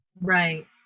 right